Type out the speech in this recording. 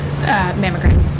mammogram